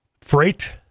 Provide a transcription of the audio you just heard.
freight